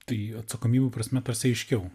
tai atsakomybių prasme taps aiškiau